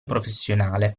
professionale